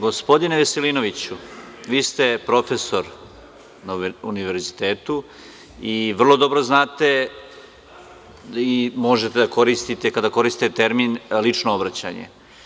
Gospodine Veselinoviću, vi ste profesor na univerzitetu, i vrlo dobro znate i možete da koristite kada koristite termin – lično obraćanje.